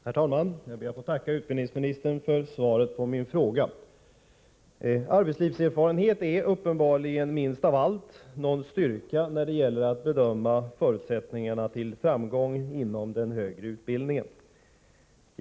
Herr talman! Jag ber att få tacka utbildningsministern för svaret på min fråga. Arbetslivserfarenhet är uppenbarligen minst av allt någon styrka när det gäller att bedöma förutsättningarna till framgång inom den högre utbildningen.